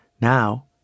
Now